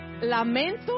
lamento